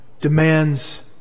demands